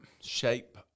shape